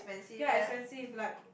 yea expensive like